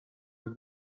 ich